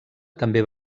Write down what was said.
també